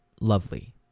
lovely